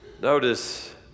Notice